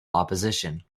opposition